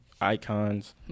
icons